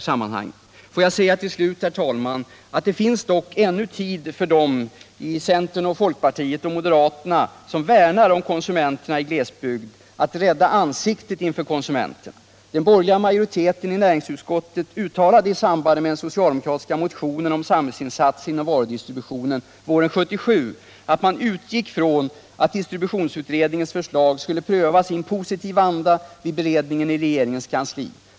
Det finns dock ännu tid för dem från centern, folkpartiet och mo deraterna som värnar om konsumenterna i glesbygd att rädda ansiktet inför konsumenterna. Den borgerliga majoriteten i näringsutskottet uttalade i samband med den socialdemokratiska motionen om samhällsinsatser inom varudistributionen våren 1977, att man utgick från att distributionsutredningens förslag skulle prövas i positiv anda vid beredningen i regeringens kansli.